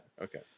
Okay